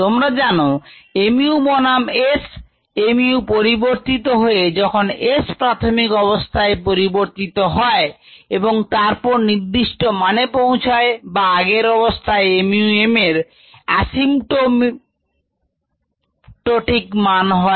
তোমরা জানো mu বনাম S mu পরিবর্তিত হয় যখন S প্রাথমিক অবস্থায় পরিবর্তিত হয় এবং তারপর নির্দিষ্ট মানে পৌঁছায় বা আগের অবস্থায় mu m এর asymptotic মান হয়